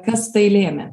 kas tai lėmė